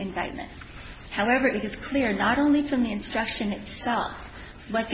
indictment however it is clear not only from the instruction itself but